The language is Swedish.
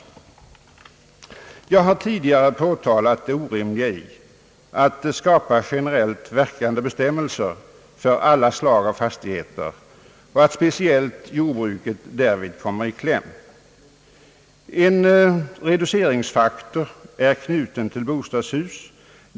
Jag har tidigare påtalat det orimliga i att skapa generellt verkande bestämmelser för alla slag av fastigheter, och att speciellt jordbruket därvid kommer i kläm. En reduceringsfaktor är knuten till bostadshus.